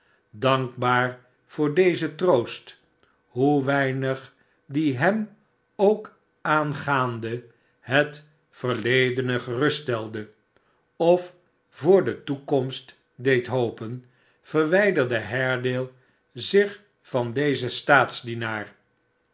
dankbaar voor dezen troost hoe weinig die hem ook aangaande iiet verledene geruststelde of voor de toekomst deed hopen verwijderde haredale zich van dezen